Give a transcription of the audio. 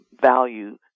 value